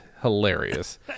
hilarious